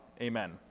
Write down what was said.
Amen